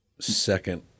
second